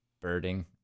birding